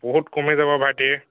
বহুত কমি যাব ভাইটি